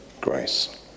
Grace